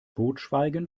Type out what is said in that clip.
totschweigen